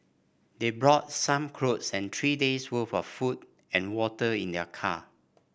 they brought some clothes and three days' worth of food and water in their car